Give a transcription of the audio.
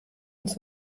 uns